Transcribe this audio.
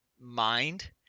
mind